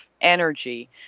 energy